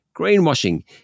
greenwashing